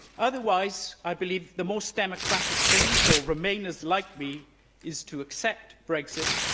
otherwise, i believe the most democratic thing for remainers like me is to accept brexit,